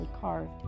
carved